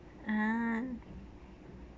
ah